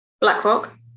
BlackRock